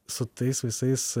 su tais visais